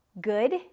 good